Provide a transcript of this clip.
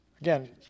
Again